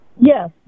Yes